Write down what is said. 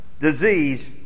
disease